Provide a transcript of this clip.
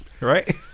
right